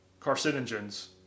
carcinogens